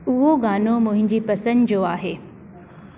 उहो गानो मुंहिंजी पसंदि जो आहे